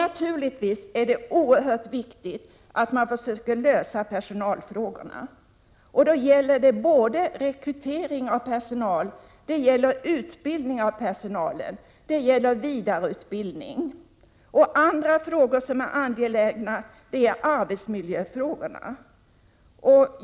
Naturligtvis är det oerhört viktigt att man försöker lösa personalproblemen. Det gäller både rekrytering av personal samt utbildning och vidareutbildning. Andra angelägna frågor är arbetsmiljöfrågorna.